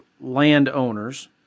landowners